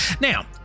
Now